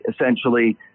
essentially